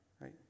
Right